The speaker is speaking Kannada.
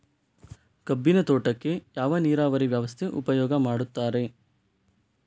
ಕಬ್ಬಿನ ತೋಟಕ್ಕೆ ಯಾವ ನೀರಾವರಿ ವ್ಯವಸ್ಥೆ ಉಪಯೋಗ ಮಾಡುತ್ತಾರೆ?